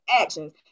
actions